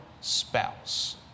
spouse